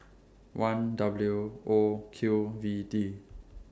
one W O Q V D